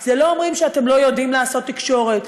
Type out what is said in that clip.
זה לא שאומרים: אתם לא יודעים לעשות תקשורת.